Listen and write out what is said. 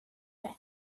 det